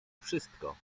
wszystko